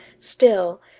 Still